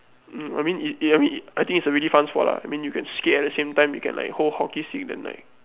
mm I mean it I think is a really fun sport lah I mean you can skate at the same time you can like hold hockey stick then like